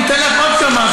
אני אתן לך עוד כמה,